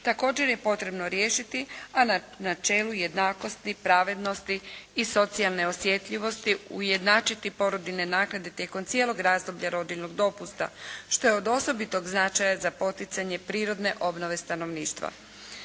također je potrebno riješiti a na čelu jednakosti, pravednosti i socijalne osjetljivosti ujednačiti porodiljne naknade tijekom cijelog razdoblja rodiljnog dopusta što je od osobitog značaja za poticanje prirodne obnove stanovništva.